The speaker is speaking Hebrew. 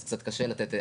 אז קצת קשה לתת.